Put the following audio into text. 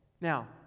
Now